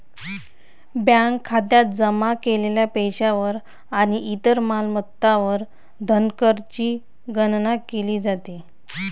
bank खात्यात जमा केलेल्या पैशावर आणि इतर मालमत्तांवर धनकरची गणना केली जाते